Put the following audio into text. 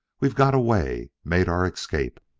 we've got away made our escape!